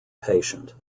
patient